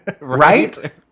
Right